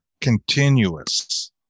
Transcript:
continuous